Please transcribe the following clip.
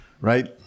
Right